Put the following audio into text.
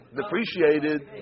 depreciated